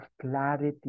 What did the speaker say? clarity